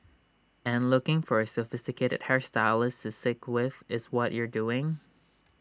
and looking for A sophisticated hair stylist to sick with is what you are doing